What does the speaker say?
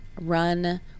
run